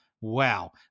Wow